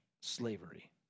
slavery